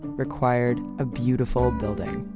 required a beautiful building.